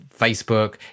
Facebook